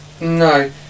No